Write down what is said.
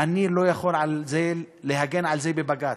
אני לא יכול להגן על זה בבג"ץ.